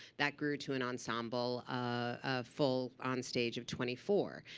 that grew to an ensemble, ah full, onstage, of twenty four.